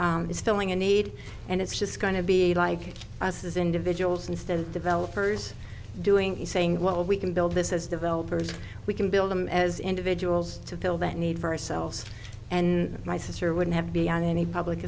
is filling a need and it's just going to be like us as individuals instead of developers doing is saying what we can build this as developers we can build them as individuals to fill that need for ourselves and my sister wouldn't have to be on any public